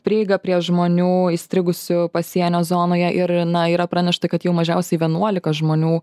prieigą prie žmonių įstrigusių pasienio zonoje ir na yra pranešta kad jau mažiausiai vienuolika žmonių